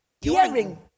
hearing